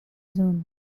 zoom